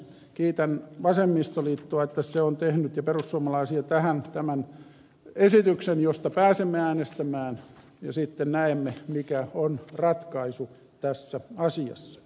kiitän vasemmistoliittoa ja perussuomalaisia että ovat tehneet tähän tämän esityksen josta pääsemme äänestämään ja sitten näemme mikä on ratkaisu tässä asiassa